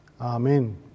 Amen